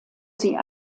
sie